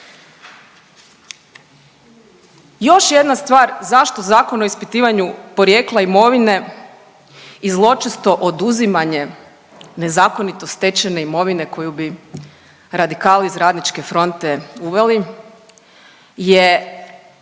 Još jedna stvar zašto Zakon o ispitivanju porijekla imovine i zločesto oduzimanje nezakonito stečene imovine koju bi radikali iz Radničke fronte uveli je